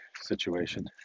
situation